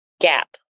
gap